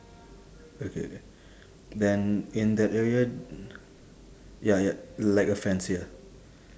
okay then in that area ya ya like a fence ya